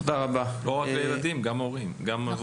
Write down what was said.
לא רק את הילדים, גם את ההורים המבוגרים.